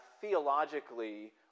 theologically